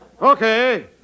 okay